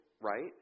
right